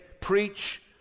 Preach